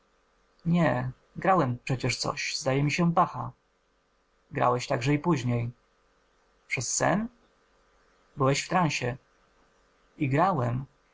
nie grałem przecież coś zdaje mi się bacha grałeś także i później przez sen byłeś w transie i grałem